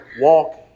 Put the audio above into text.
Walk